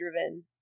driven